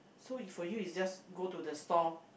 so you for you is just go to the store